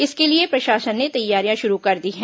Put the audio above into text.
इसके लिए प्रशासन ने तैयारियां शुरू कर दी हैं